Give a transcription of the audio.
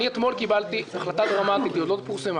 אתמול קיבלתי החלטה דרמטית היא עוד לא פורסמה